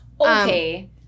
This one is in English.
Okay